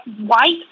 white